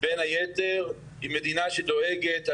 בין היתר היא מדינה שדואגת כמו שאמר הנביא ישעיהו: